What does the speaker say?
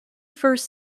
first